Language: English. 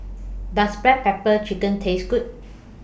Does Black Pepper Chicken Taste Good